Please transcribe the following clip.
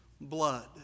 blood